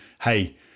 hey